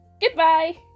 goodbye